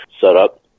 setup